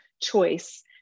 choice